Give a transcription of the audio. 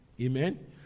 Amen